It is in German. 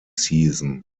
season